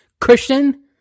Christian